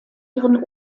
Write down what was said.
ihren